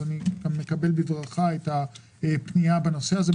אני מקבל בברכה את הפנייה בנושא הזה.